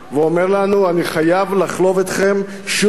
ואומר לנו: אני חייב לחלוב אתכם שוב,